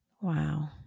wow